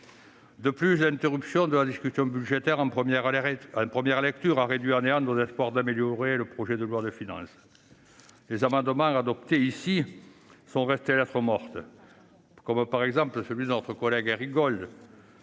De plus, l'interruption de la discussion budgétaire en première lecture a réduit à néant nos espoirs d'améliorer le projet de loi de finances. Les amendements adoptés ici sont restés lettre morte. Je pense à celui de notre collègue Éric Gold